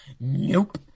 Nope